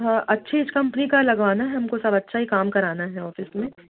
हाँ अच्छी ही कंपनी का लगवाना है हमको सब अच्छा ही काम कराना है ऑफ़िस में